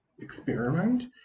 experiment